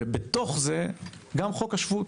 בתוך זה גם חוק השבות